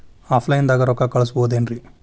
Offline ದಾಗ ರೊಕ್ಕ ಕಳಸಬಹುದೇನ್ರಿ?